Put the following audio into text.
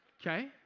Okay